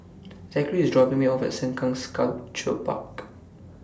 Zackery IS dropping Me off At Sengkang Sculpture Park